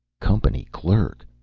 company clerk!